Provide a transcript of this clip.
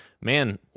Man